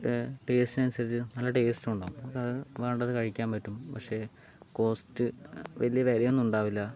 നമുക്ക് ടേസ്റ്റിനനുസരിച്ച് നല്ല ടേസ്റ്റുണ്ടാകും നമുക്കത് വേണ്ടത് കഴിക്കാൻ പറ്റും പക്ഷെ കോസ്റ്റ് വലിയ കാര്യോന്നും ഉണ്ടാവില്ല